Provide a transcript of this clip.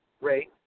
rate